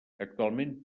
actualment